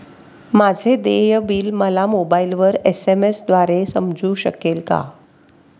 माझे देय बिल मला मोबाइलवर एस.एम.एस द्वारे समजू शकेल का?